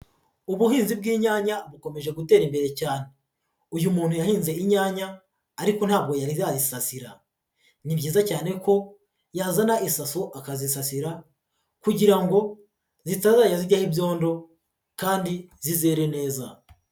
Ubuhinzi bw'inyanya bukomeje gutera imbere cyane, uyu muntu yahinze inyanya ariko ntabwo yari yazisasira, ni byiza cyane ko yazana isaso akazisasira kugira ngo zitazajya zijyaho ibyondo kandi zizere neza.